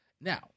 Now